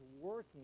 working